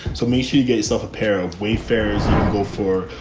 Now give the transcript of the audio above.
so make sure you get yourself a pair of wayfair's and go for.